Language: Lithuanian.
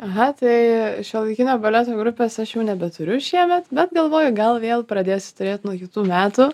aha tai šiuolaikinio baleto grupės aš jau nebeturiu šiemet bet galvoju gal vėl pradėsiu turėt nuo kitų metų